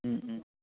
ও ও